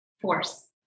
force